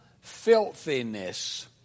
filthiness